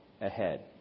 ahead